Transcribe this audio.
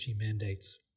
mandates